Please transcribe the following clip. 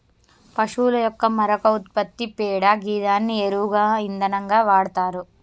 పశువుల యొక్క మరొక ఉత్పత్తి పేడ గిదాన్ని ఎరువుగా ఇంధనంగా వాడతరు